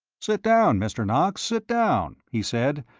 sit down, mr. knox, sit down, he said,